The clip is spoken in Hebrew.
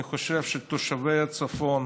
אני חושב שתושבי הצפון